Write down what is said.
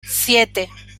siete